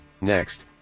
Next